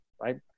right